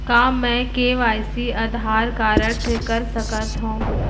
का मैं KYC Aadhaar card से कर सकत हो?